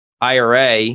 IRA